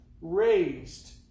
raised